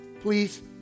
Please